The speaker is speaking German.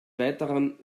weiteren